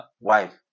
wife